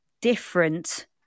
different